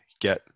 get